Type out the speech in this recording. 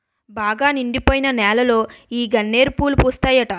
బాగా నిండిపోయిన నేలలో ఈ గన్నేరు పూలు పూస్తాయట